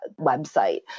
website